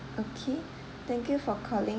okay thank you for calling